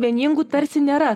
vieningų tarsi nėra